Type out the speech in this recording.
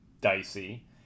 dicey